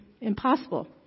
impossible